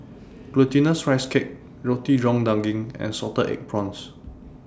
Glutinous Rice Cake Roti John Daging and Salted Egg Prawns